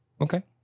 okay